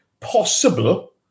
Possible